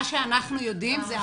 מה שאנחנו יודעים זה,